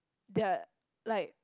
they are like